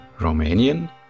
Romanian